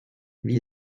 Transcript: wie